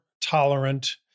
tolerant